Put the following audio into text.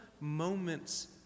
moments